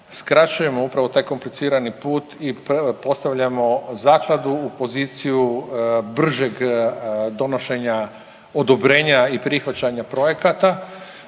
Skraćujemo upravo taj komplicirani put i postavljamo zakladu u poziciju bržeg donošenja odobrenja i prihvaćanja projekata.